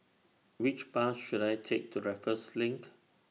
Which Bus should I Take to Raffles LINK